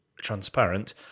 transparent